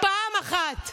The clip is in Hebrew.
פעם אחת.